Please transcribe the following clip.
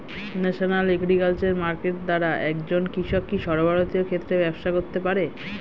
National agriculture market দ্বারা একজন কৃষক কি সর্বভারতীয় ক্ষেত্রে ব্যবসা করতে পারে?